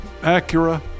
Acura